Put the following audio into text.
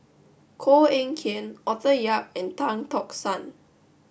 Koh Eng Kian Arthur Yap and Tan Tock San